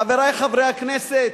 חברי חברי הכנסת,